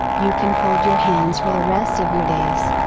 you can fold your hands for the rest of your days.